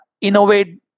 innovate